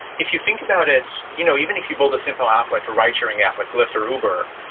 if you think about it, you know even if you build a simple app like a ridesharing app, like lyft or uber,